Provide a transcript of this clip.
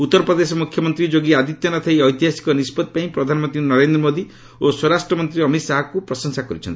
ଉତ୍ତରପ୍ରଦେଶ ମୁଖ୍ୟମନ୍ତ୍ରୀ ଯୋଗୀ ଆଦିତ୍ୟନାଥ ଏହି ଐତିହାସିକ ନିଷ୍କଭି ପାଇଁ ପ୍ରଧାନମନ୍ତ୍ରୀ ନରେନ୍ଦ୍ର ମୋଦୀ ଓ ସ୍ୱରାଷ୍ଟ୍ରମନ୍ତ୍ରୀ ଅମିତ ଶାହାଙ୍କୁ ପ୍ରଶଂସା କରିଛନ୍ତି